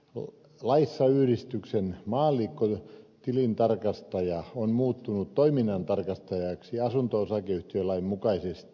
laissa yhdistyksen maallikkotilintarkastaja on muuttunut toiminnantarkastajaksi asunto osakeyhtiölain mukaisesti